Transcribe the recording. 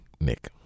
Nick